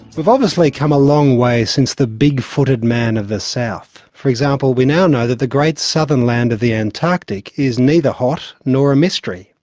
we've obviously come a long way since the big footed man of the south. for example, we now know the great southern land of the antarctic is neither hot, nor a mystery,